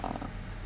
uh